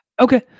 okay